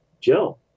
Joe